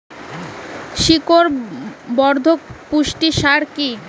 শিকড় বর্ধক পুষ্টি সার কি?